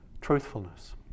Truthfulness